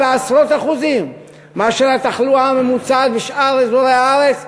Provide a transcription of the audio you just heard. בעשרות אחוזים על התחלואה הממוצעת בשאר אזורי הארץ,